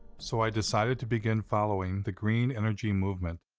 so i decided to begin following the green energy movement.